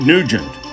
Nugent